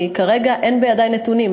כי כרגע אין בידי נתונים.